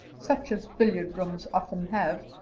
such as billiard rooms often have,